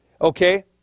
Okay